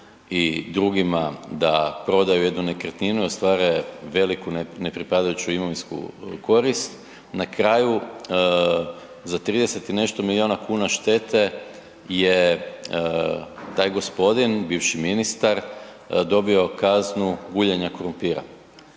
i drugima da prodaju jednu nekretninu i ostvare veliku ne pripadajuću imovinsku korist, na kraju za 30 i nešto milijuna štete je taj gospodin, bivši ministar dobio kaznu guljenja krumpira